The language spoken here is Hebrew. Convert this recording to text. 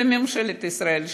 ולממשלת ישראל,